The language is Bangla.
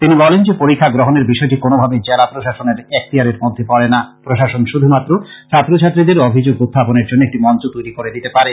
তিনি বলেন যে পরীক্ষা গ্রহণের বিষয়টি কোন ভাবেই জেলা প্রশাসনের এক্তিয়ারের মধ্যে পড়া না প্রশাসন শুধুমাত্র ছাত্র ছাত্রীদের অভিযোগ উখাপনের জন্য একটি মঞ্চ তৈরী করে দিতে পারে